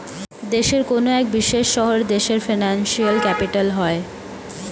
দেশের কোনো এক বিশেষ শহর দেশের ফিনান্সিয়াল ক্যাপিটাল হয়